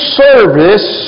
service